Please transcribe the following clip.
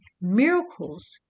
miracles